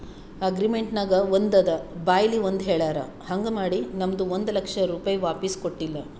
agreement ನಾಗ್ ಒಂದ್ ಅದ ಬಾಯ್ಲೆ ಒಂದ್ ಹೆಳ್ಯಾರ್ ಹಾಂಗ್ ಮಾಡಿ ನಮ್ದು ಒಂದ್ ಲಕ್ಷ ರೂಪೆ ವಾಪಿಸ್ ಕೊಟ್ಟಿಲ್ಲ